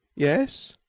yes?